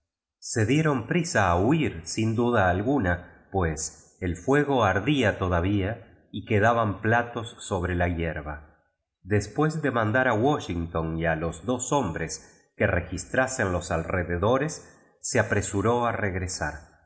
se dieron prisa huir sin duda alguna pues el fuego ardía todavía v quedaban pla tos sobre la hierba después de mandar a washington y a los dos tffinbrea que registrasen los alrededores se apresuró a regresar